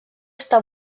està